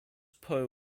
poe